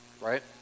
right